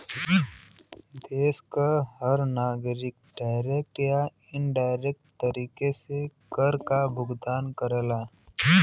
देश क हर नागरिक डायरेक्ट या इनडायरेक्ट तरीके से कर काभुगतान करला